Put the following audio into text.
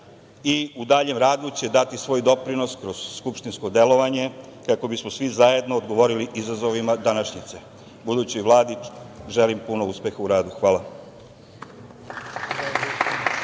i u daljem radu će dati svoj doprinos kroz skupštinsko delovanje, kako bismo svi zajedno odgovorili izazovima današnjice. Budućoj Vladi želim puno uspeha u radu. Hvala.